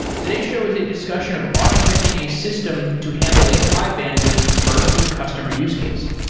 today's show is a discussion of architecting a system to handle a high bandwidth bursty customer use case.